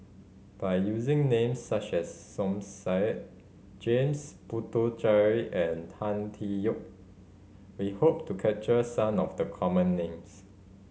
by using names such as Som Said James Puthucheary and Tan Tee Yoke we hope to capture some of the common names